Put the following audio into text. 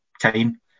time